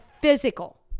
physical